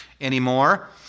anymore